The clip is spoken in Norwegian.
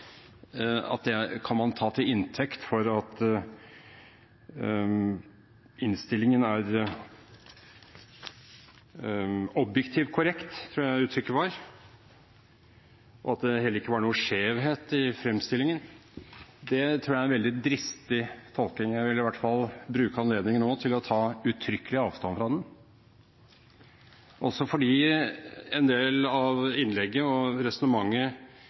kan man ta til inntekt for at innstillingen er «objektivt korrekt» – tror jeg uttrykket var – og at det heller ikke er noen skjevhet i fremstillingen. Det tror jeg er en veldig dristig tolkning. Jeg vil i hvert fall bruke anledningen nå til å ta uttrykkelig avstand fra den, også fordi en del av innlegget og resonnementet